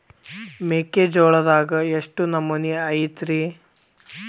ಮೆಕ್ಕಿಜೋಳದಾಗ ಎಷ್ಟು ನಮೂನಿ ಐತ್ರೇ?